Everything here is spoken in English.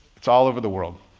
it's all over the world.